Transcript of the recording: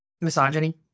Misogyny